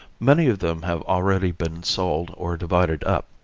many of them have already been sold or divided up,